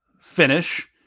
finish